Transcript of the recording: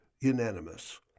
unanimous